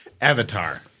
Avatar